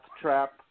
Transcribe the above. trap